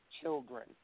children